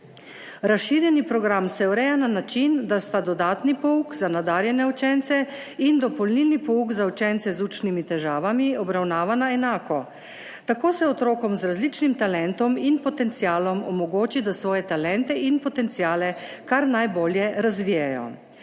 Razširjeni program se ureja na način, da sta dodatni pouk za nadarjene učence in dopolnilni pouk za učence z učnimi težavami obravnavana enako. Tako se otrokom z različnim talentom in potencialom omogoči, da svoje talente in potenciale kar najbolje razvijejo.